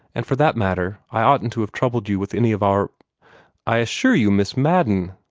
and for that matter, i oughtn't to have troubled you with any of our i assure you, miss madden!